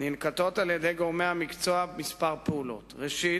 ננקטות על-ידי גורמי המקצוע כמה פעולות: ראשית,